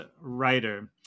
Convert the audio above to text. writer